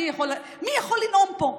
מי יכול לנאום פה?